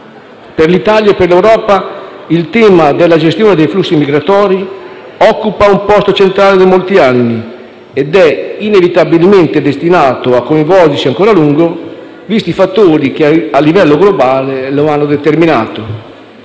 Per l'Italia e per l'Europa il tema della gestione dei flussi migratori occupa un posto centrale da molti anni ed è inevitabilmente destinato a coinvolgerci ancora lungo, visti i fattori che a livello globale lo hanno determinato